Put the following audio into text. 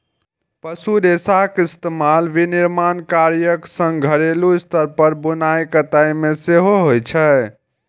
पशु रेशाक इस्तेमाल विनिर्माण कार्यक संग घरेलू स्तर पर बुनाइ कताइ मे सेहो होइ छै